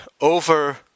over